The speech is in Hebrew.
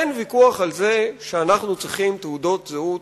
אין ויכוח על זה שאנחנו צריכים תעודות זהות,